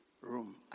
room